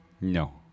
No